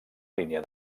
línia